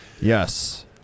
Yes